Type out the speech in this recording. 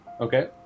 Okay